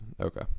Okay